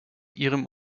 ihrem